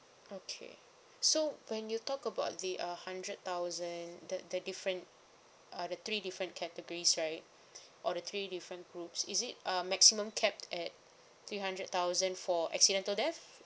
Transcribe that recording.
okay so when you talk about the uh hundred thousand the the different uh the three different categories right or the three different groups is it uh maximum capped at three hundred thousand for accidentally death